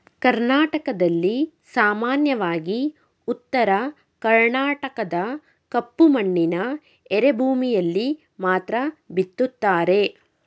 ಕರ್ನಾಟಕದಲ್ಲಿ ಸಾಮಾನ್ಯವಾಗಿ ಉತ್ತರ ಕರ್ಣಾಟಕದ ಕಪ್ಪು ಮಣ್ಣಿನ ಎರೆಭೂಮಿಯಲ್ಲಿ ಮಾತ್ರ ಬಿತ್ತುತ್ತಾರೆ